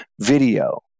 video